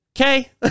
Okay